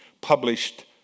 published